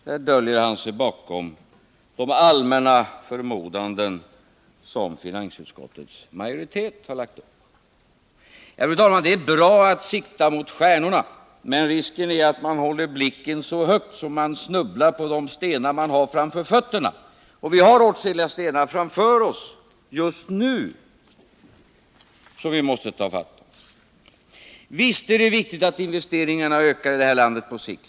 Där döljer han sig bakom de allmänna förmodanden som finansutskottets majoritet har gjort. Det är bra att sikta mot stjärnorna, men risken är att man håller blicken så högt att man snubblar på de stenar som man har framför fötterna. Vi har också just nu framför oss stenar som vi måste göra något åt. Visst är det viktigt att investeringarna i detta land ökar på sikt.